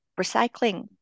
recycling